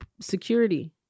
security